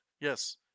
Yes